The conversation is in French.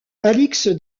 alix